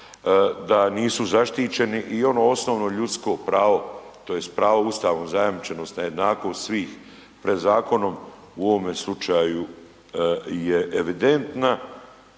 da nisu zaštićeni i ono osnovno ljudsko pravo tj. pravo Ustavom zajamčenost na jednakost svih pred zakonom u ovome slučaju je evidentna